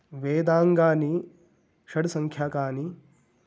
वेदाङ्गानि षड्सङ्ख्याकानि